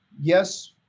yes